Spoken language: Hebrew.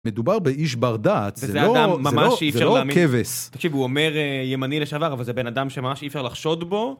מדובר באיש בר דעת, זה לא כבש. תקשיב, הוא אומר ימני לשעבר, אבל זה בן אדם שממש אי אפשר לחשוד בו.